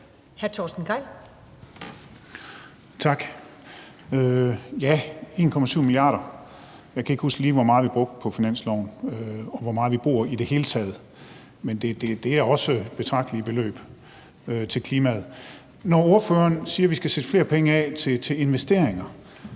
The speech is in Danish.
1,7 mia. kr.; jeg kan ikke huske, præcis hvor meget vi brugte på finansloven, og hvor meget vi bruger i det hele taget på klimaet, men det er også betragtelige beløb. Når ordføreren siger, at vi skal sætte flere penge af til investeringer,